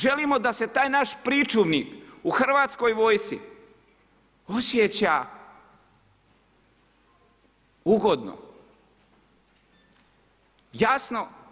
Želimo da se taj naš pričuvnik u Hrvatskoj vojsci osjeća ugodno.